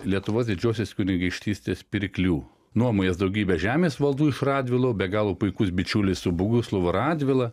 lietuvos didžiosios kunigaikštystės pirklių nuomojęs daugybę žemės valdų iš radvilų be galo puikus bičiulis su boguslavu radvila